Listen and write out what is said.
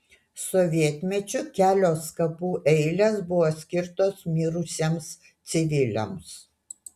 sovietmečiu kelios kapų eilės buvo skirtos mirusiems civiliams